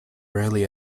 rarely